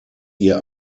ihr